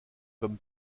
comme